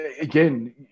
again